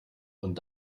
und